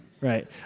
Right